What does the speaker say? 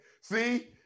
See